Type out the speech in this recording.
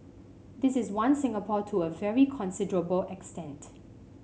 this is one Singapore to a very considerable extent